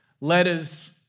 Letters